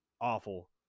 Awful